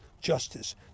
justice